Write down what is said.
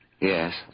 Yes